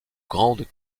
grandes